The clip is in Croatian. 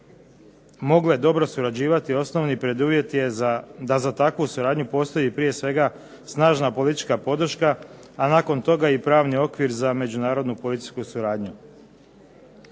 mogle dobro surađivati, osnovni preduvjet je da za takvu suradnju postoji prije svega snažna politička podrška, a nakon toga i pravni okvir za međunarodnu policijsku suradnju.